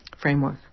framework